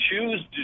choose